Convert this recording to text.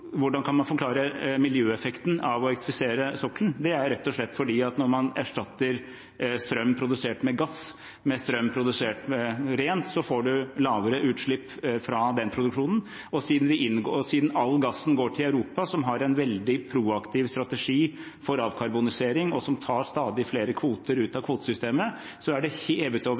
hvordan man kan forklare miljøeffekten av å elektrifisere sokkelen. Det er rett og slett slik at når man erstatter strøm produsert med gass med strøm produsert rent, får man lavere utslipp fra den produksjonen. Siden all gassen går til Europa, som har en veldig proaktiv strategi for avkarbonisering, og som tar stadig flere kvoter ut av kvotesystemet, er det hevet over